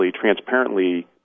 transparently